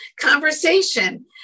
conversation